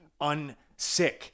unsick